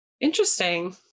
Interesting